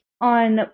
on